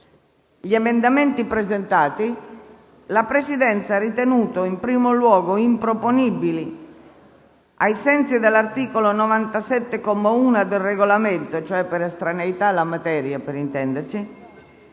gli emendamenti presentati, la Presidenza ha ritenuto in primo luogo improponibili, ai sensi dell'articolo 97, comma 1, del Regolamento, cioè per estraneità alla materia, gli emendamenti